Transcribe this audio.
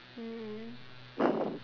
mm